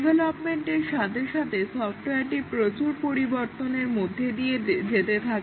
ডেভেলপমেন্টের সাথে সাথে সফটওয়্যারটি প্রচুর পরিবর্তনের মধ্যে দিয়ে যেতে থাকে